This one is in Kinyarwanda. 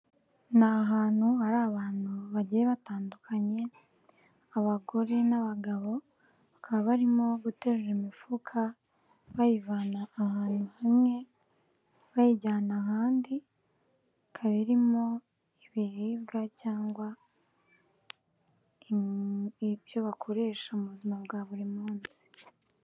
Ni ahantu hari abantu bagiye batandukanye, abagore n'abagabo bakaba barimo guterura imifuka bayivana ahantu hamwe bayijyana ahandi, ikaba iririmo ibiribwa cyangwa ibyo bakoresha mu buzima bwa buri munsi.